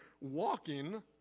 walking